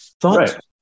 Thought